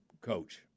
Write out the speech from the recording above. coach